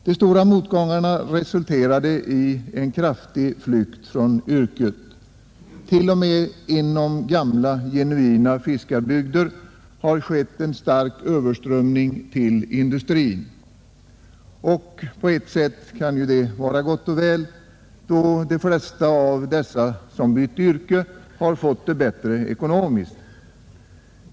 De stora motgångarna har resulterat i en kraftig flykt från yrket. T.o.m. inom gamla genuina fiskarbygder har det skett en stark överströmning till industrin. På ett sätt kan det vara gott och väl, då de flesta av dem som bytt yrke har fått det bättre ekonomiskt.